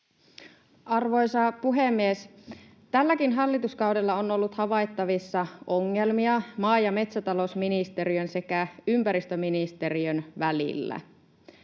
Arvoisa puhemies! Tälläkin hallituskaudella on ollut havaittavissa ongelmia maa- ja metsätalousministeriön sekä ympäristöministeriön välillä.